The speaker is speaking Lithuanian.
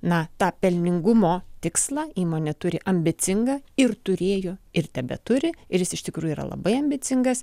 na tą pelningumo tikslą įmonė turi ambicingą ir turėjo ir tebeturi ir jis iš tikrųjų yra labai ambicingas